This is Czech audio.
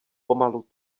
pomalu